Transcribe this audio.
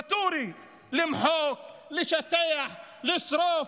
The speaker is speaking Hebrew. ואטורי, למחוק, לשטח, לשרוף.